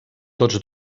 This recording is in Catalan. tots